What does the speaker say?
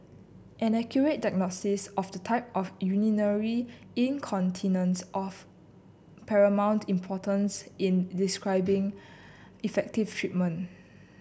an accurate diagnosis of the type of urinary incontinence of paramount importance in prescribing effective treatment